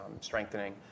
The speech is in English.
strengthening